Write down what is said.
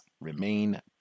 Remain